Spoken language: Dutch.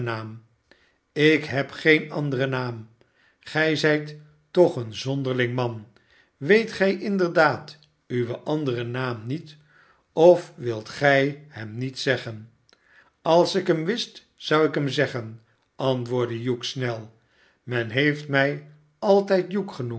lk heb geen anderen naam gij zijt toch een zonderling man weet gij inderdaad uw anderen naam niet of wilt gij hem niet zeggen iais ik hem wist zou ik hem zeggen antwoordde hugh snel men heeft mij altijd hugh genoemd